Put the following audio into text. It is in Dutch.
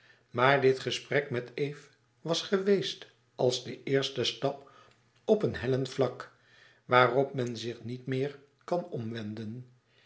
maar dit gesprek met eve was geweest als de eerste stap op een hellend vlak waarop men zich niet meer kan omwenden